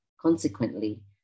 Consequently